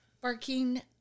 barking